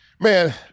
Man